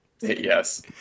Yes